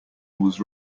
was